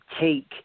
take